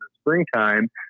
springtime